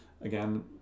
Again